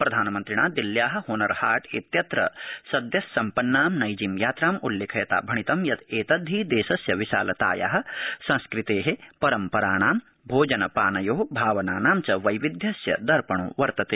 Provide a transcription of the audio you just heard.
प्रधानमन्त्रिणा दिल्ल्या हनर हा इत्यत्र सद्यस्सम्पन्नां नैर्जी यात्राम् उल्लेखयता भणितं यत् एतद्धि देशस्य विशालताया संस्कृते परम्पराणां भोजनपानयो भावनानां च वैविध्यस्य दर्पणो वर्तते